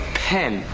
pen